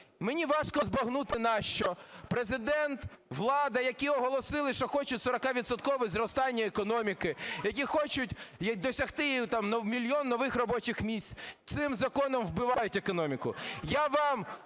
мені важко збагнути нащо. Президент, влада, які оголосили, що хочуть 40-відсоткове зростання економіки, які хочуть досягти мільйон нових робочих місць, цим законом вбивають економіку.